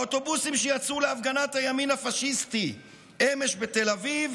האוטובוסים שיצאו להפגנת הימין הפשיסטי אמש בתל אביב